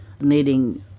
needing